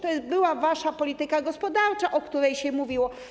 To była wasza polityka gospodarcza, o której się mówiło.